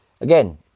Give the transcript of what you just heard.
Again